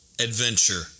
adventure